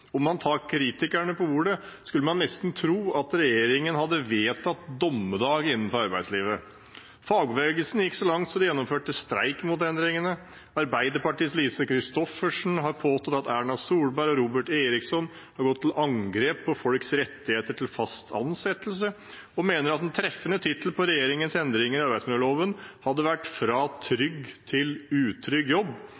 Om man tar kritikerne på ordet, skulle man tro at regjeringen hadde vedtatt dommedag innenfor arbeidslivet. Fagbevegelsen gikk så langt at de gjennomførte streik mot endringene. Arbeiderpartiets Lise Christoffersen har påstått at Erna Solberg og Robert Eriksson har gått til angrep på folks rettigheter med hensyn til fast ansettelse og mener at en treffende tittel på regjeringens endringer i arbeidsmiljøloven hadde vært «fra trygg til utrygg jobb»,